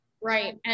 Right